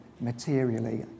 materially